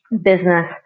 business